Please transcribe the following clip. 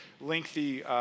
lengthy